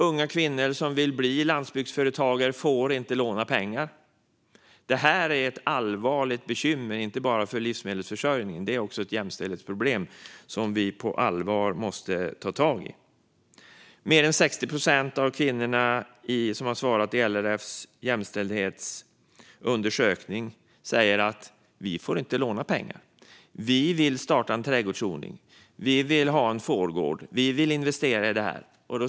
Unga kvinnor som vill bli landsbygdsföretagare får inte låna pengar. Det här är ett allvarligt bekymmer inte bara för livsmedelsförsörjningen, utan det är också ett jämställdhetsproblem som vi på allvar måste ta tag i. Mer än 60 procent av de kvinnor som har svarat i LRF:s jämställdhetsundersökning säger att de inte får låna pengar. De kanske vill starta en trädgårdsodling, ha en fårgård eller investera i något annat.